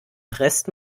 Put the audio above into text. presst